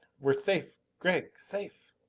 we're safe, gregg! safe!